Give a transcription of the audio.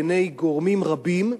בעיני גורמים רבים,